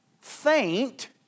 faint